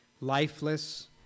lifeless